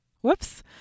whoops